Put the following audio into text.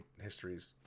histories